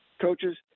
coaches